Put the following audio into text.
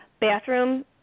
Bathroom